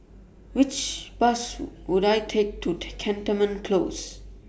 Which Bus Would I Take to Cantonment Close